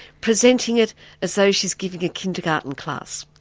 presenting it as though she's giving a kindergarten class.